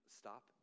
stop